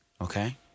okay